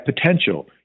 potential